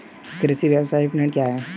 कृषि व्यवसाय विपणन क्या है?